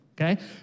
Okay